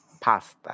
pasta